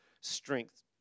strength